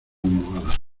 almohadas